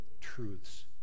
truths